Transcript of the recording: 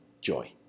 joy